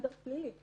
בסטנדרט פלילי.